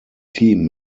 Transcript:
team